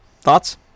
Thoughts